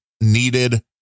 needed